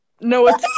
No